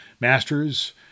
master's